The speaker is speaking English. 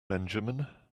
benjamin